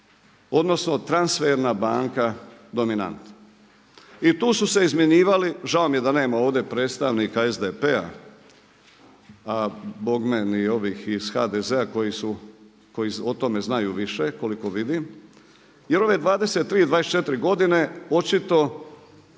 odnosno transferna banka dominant. I tu su se izmjenjivali žao mi je da nema ovdje predstavnika SDP-a, bogme ni ovih iz HDZ-a koji su, koji o tome znaju više koliko vidim. Jer ove 23, 24 godine očito